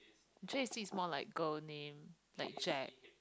Jacy is more like girl name like Jack